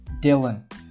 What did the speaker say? dylan